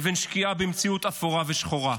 לבין שקיעה במציאות אפורה ושחורה.